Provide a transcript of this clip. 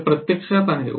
हे प्रत्यक्षात आहे